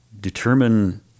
determine